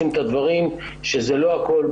כדאי לשים את הדברים שלא הכול,